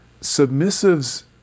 Submissives